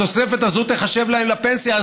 התוספת הזאת תיחשב להם לפנסיה.